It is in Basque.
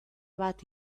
bat